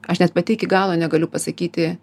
aš net pati iki galo negaliu pasakyti